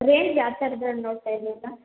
range ಯಾವ ಥರದ್ರಲ್ಲಿ ನೋಡ್ತಾಯಿದ್ದೀರ